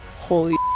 holy,